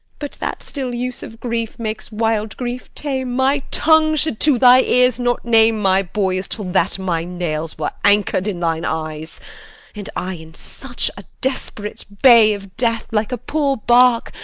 but that still use of grief makes wild grief tame, my tongue should to thy ears not name my boys till that my nails were anchor'd in thine eyes and i, in such a desperate bay of death, like a poor bark,